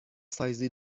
سایزی